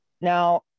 Now